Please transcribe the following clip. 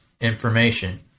information